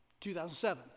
2007